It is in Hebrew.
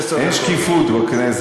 אין שקיפות פה בכנסת, אין שקיפות בכנסת.